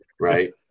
Right